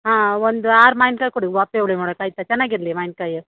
ಹಾಂ ಒಂದು ಆರು ಮಾವಿನ್ಕಾಯಿ ಕೊಡಿ ಆಯಿತಾ ಚೆನ್ನಾಗಿರ್ಲಿ ಮಾವಿನ್ಕಾಯು